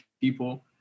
people